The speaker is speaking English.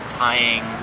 tying